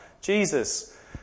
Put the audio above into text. Jesus